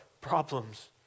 problems